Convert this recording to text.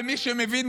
למי שמבין,